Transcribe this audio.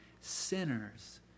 sinners